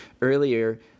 earlier